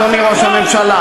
אדוני ראש הממשלה.